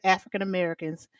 African-Americans